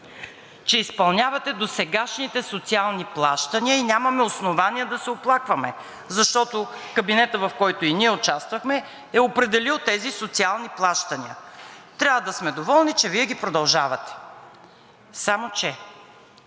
че изпълнявате досегашните социални плащания и нямаме основания да се оплакваме, защото кабинетът, в който и ние участвахме, е определил тези социални плащания и трябва да сме доволни, че Вие ги продължавате, само че